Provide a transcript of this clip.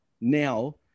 now